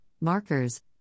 markers